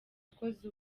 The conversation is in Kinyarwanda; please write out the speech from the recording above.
yakoze